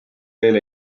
veel